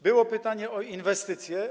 Było pytanie o inwestycje.